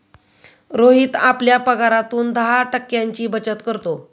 रोहित आपल्या पगारातून दहा टक्क्यांची बचत करतो